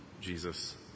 Jesus